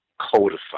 codified